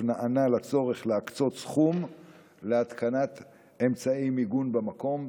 לצורך להקצות סכום להתקנת אמצעי מיגון במקום.